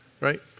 right